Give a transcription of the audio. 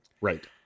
Right